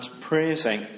praising